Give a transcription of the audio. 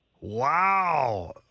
wow